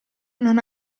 non